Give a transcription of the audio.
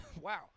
Wow